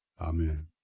Amen